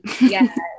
yes